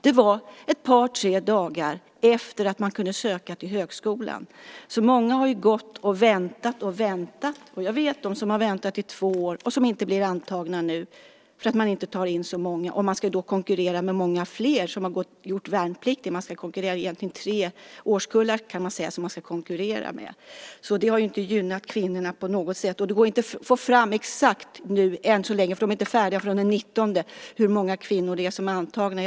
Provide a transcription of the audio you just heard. Det var ett par tre dagar efter det att man kunde söka till högskolan, så många har ju gått och väntat och väntat. Och jag vet att det finns de som har väntat i två år och som inte blir antagna nu för att man inte tar in så många. De ska då konkurrera med många fler som har gjort värnplikten. Det är egentligen tre årskullar som de ska konkurrera med, så det har inte gynnat kvinnorna på något sätt. Och det går än så länge inte att få fram exakt besked, för de blir inte färdiga förrän den 19:e, om hur många kvinnor det är som är antagna.